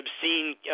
obscene